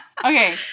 Okay